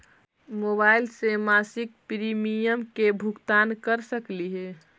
Mobile से मासिक premium के भुगतान कर सकली हे?